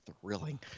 Thrilling